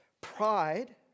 Pride